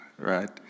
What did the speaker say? right